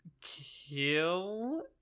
kill